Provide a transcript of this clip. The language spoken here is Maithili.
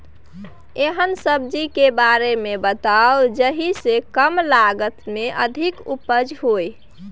एहन सब्जी के बारे मे बताऊ जाहि सॅ कम लागत मे अधिक उपज होय?